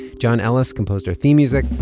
john ellis composed our theme music.